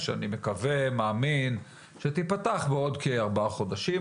שאני מקווה ומאמין שתפתח בעוד כארבעה חודשים,